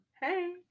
Hey